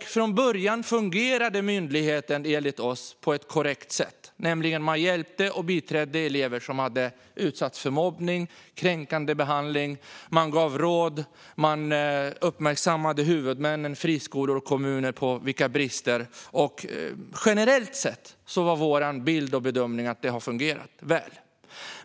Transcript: Från början fungerade myndigheten, enligt oss, på ett korrekt sätt. Man hjälpte och biträdde nämligen elever som hade utsatts för mobbning och kränkande behandling. Man gav råd, och man uppmärksammade huvudmännen, friskolor och kommuner, på brister. Generellt sett var vår bild och bedömning att det fungerade väl.